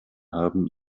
haben